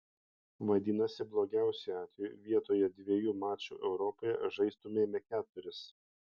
vadinasi blogiausiu atveju vietoje dviejų mačų europoje žaistumėme keturis